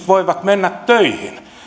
voivat mennä töihin